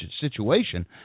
situation